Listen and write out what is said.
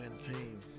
team